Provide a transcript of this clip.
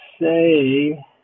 say